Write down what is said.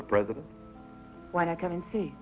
the president what i can see